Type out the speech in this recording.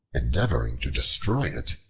endeavoring to destroy it,